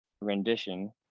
rendition